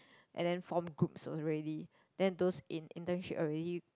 and then form groups already then those in internship already